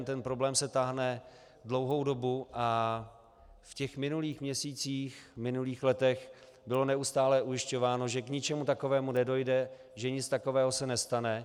Ten problém se táhne dlouhou dobu a v těch minulých měsících, minulých letech bylo neustálo ujišťováno, že k ničemu takovému nedojde, že nic takového se nestane.